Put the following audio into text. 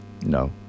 No